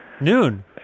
Noon